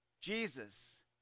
Jesus